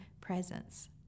presence